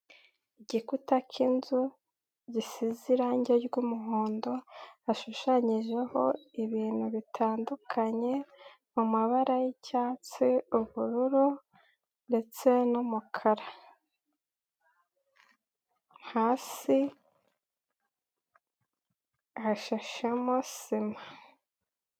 Igikuta k'inzu gisize irangi ry'umuhondo, hashushanyijeho ibintu bitandukanye, mu mabara y'icyatsi, ubururu ndetse n'umukara. Hasi hashashemo sima.